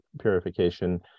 purification